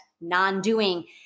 non-doing